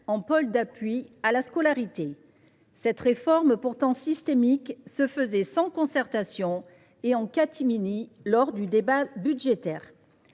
en pôles d’appui à la scolarité. Cette réforme, pourtant systémique, se faisait sans concertation et en catimini lors du débat budgétaire.